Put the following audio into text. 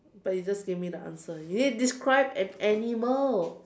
but you just gave me the answer you need to describe an animal